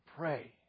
Pray